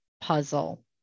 puzzle